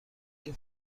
این